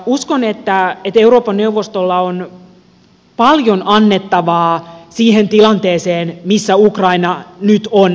uskon että euroopan neuvostolla on paljon annettavaa siihen tilanteeseen missä ukraina nyt on